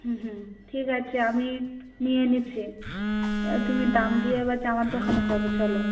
হুম হুম ঠিক আছে আমি নিয়ে নিচ্ছি তুমি দাম দিয়ে এবার জামার দোকানে যাবো চলো